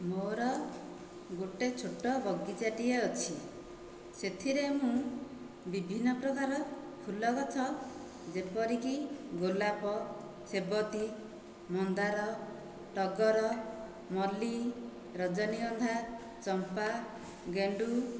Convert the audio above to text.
ମୋର ଗୋଟିଏ ଛୋଟ ବାଗିଚାଟିଏ ଅଛି ସେଥିରେ ମୁଁ ବିଭିନ୍ନ ପ୍ରକାର ଫୁଲ ଗଛ ଯେପରିକି ଗୋଲାପ ସେବତୀ ମନ୍ଦାର ଟଗର ମଲ୍ଲୀ ରଜନୀଗନ୍ଧା ଚମ୍ପା ଗେଣ୍ଡୁ